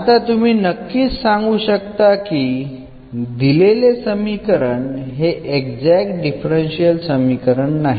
आता तुम्ही नक्कीच सांगू शकता की दिलेले समीकरण हे एक्झॅक्ट डिफरन्शियल समीकरण नाही